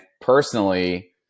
personally